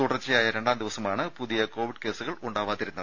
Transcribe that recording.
തുടർച്ചയായ രണ്ടാം ദിവസമാണ് പുതിയ കോവിഡ് കേസുകൾ ഉണ്ടാവാതിരുന്നത്